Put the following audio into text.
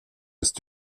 ist